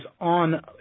on